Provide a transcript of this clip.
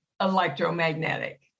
Electromagnetic